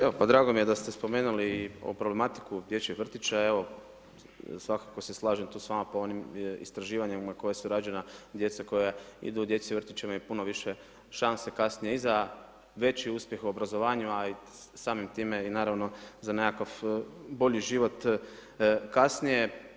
Evo pa drago mi je da ste spomenuli problematiku dječjeg vrtića evo svakako se slažem tu s vama po onim istraživanjima koja su rađena, djeca koja idu u dječji vrtić imaju punu više šanse kasnije i za veći uspjeh u obrazovanju, a i samim time i naravno za nekakav bolji život kasnije.